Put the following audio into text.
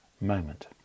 moment